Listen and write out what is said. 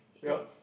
yup